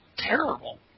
Terrible